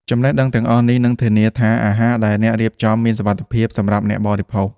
ចំណេះដឹងទាំងអស់នេះនឹងធានាថាអាហារដែលអ្នករៀបចំមានសុវត្ថិភាពសម្រាប់អ្នកបរិភោគ។